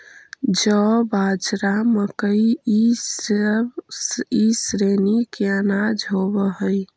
जौ, बाजरा, मकई इसब ई श्रेणी के अनाज होब हई